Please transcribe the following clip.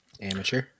Amateur